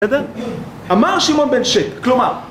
אמר שמעון בן שק, כלומר